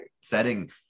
setting